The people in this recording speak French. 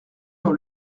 dans